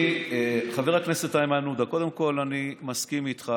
חבר הכנסת איימן עודה, קודם כול, אני מסכים איתך